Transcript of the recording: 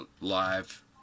live